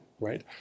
right